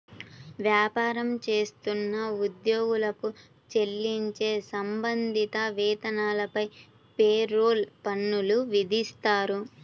వ్యాపారం చేస్తున్న ఉద్యోగులకు చెల్లించే సంబంధిత వేతనాలపై పేరోల్ పన్నులు విధిస్తారు